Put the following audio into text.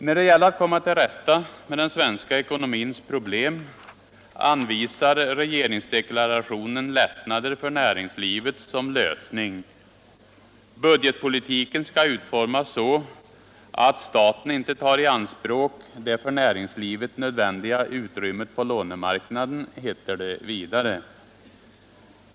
När det gäller att komma till rätta med den svenska ekonomins problem anvisar regeringsdeklarationen lättnader för närimgslivet som lösning. Budgetpolitiken skall utformas så. att staten inte tar i anspråk det för niäringslivet nödvändiga utrymmet på lånemarknaden, heter det vidare.